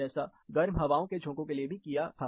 जैसा गर्म हवाओं के झोंकों के लिए भी किया था